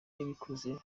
yabikoze